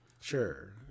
sure